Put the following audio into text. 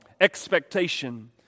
Expectation